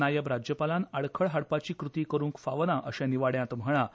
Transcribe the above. नायब राज्यपालान आडखळ हाडपाची कृती करूंक फावना अशें निवाड्यान म्हणलां